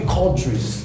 countries